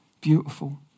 beautiful